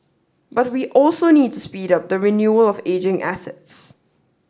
but we also need to speed up the renewal of ageing assets